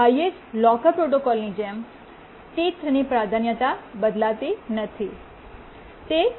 highest locker પ્રોટોકોલની જેમ T3 ની પ્રાધાન્યતા બદલાતી નથી